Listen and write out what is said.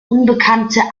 unbekannte